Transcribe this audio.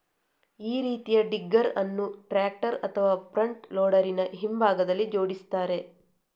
ಈ ರೀತಿಯ ಡಿಗ್ಗರ್ ಅನ್ನು ಟ್ರಾಕ್ಟರ್ ಅಥವಾ ಫ್ರಂಟ್ ಲೋಡರಿನ ಹಿಂಭಾಗದಲ್ಲಿ ಜೋಡಿಸ್ತಾರೆ